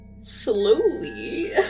Slowly